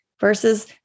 versus